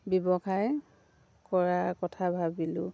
ব্যৱসায় কৰাৰ কথা ভাবিলোঁ